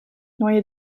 neue